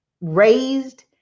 raised